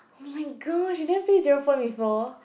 oh my gosh you never play zero point before